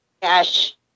Cash